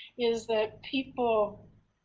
is that people